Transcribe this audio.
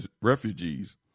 refugees